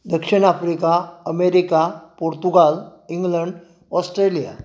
South Africa America Portugal England Australia